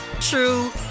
true